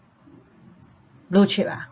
blue chip ah